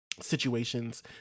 Situations